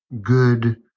good